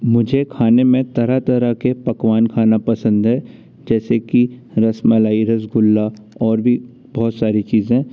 मुझे खाने में तरह तरह के पकवान खाना पसंद है जैसे कि रसमलाई रसगुल्ला और भी बहुत सारी चीज़ें